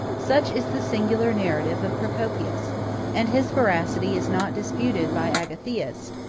such is the singular narrative of procopius and his veracity is not disputed by agathias,